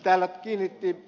täällä kiinnitti ed